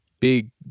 big